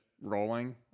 rolling